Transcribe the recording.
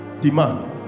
demand